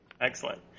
excellent